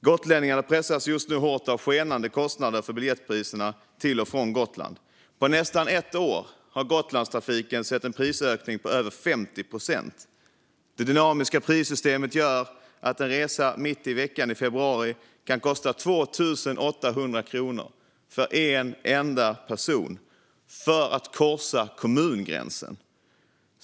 Gotlänningarna pressas just nu hårt av skenande kostnader för biljettpriserna till och från ön. På nästan ett år har Gotlandstrafiken sett en prisökning på över 50 procent. Det dynamiska prissystemet gör att det mitt i veckan i februari kan kosta 2 800 kronor för en enda person att korsa kommungränsen.